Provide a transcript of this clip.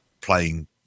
playing